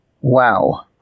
Wow